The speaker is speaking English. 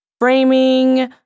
framing